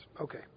Okay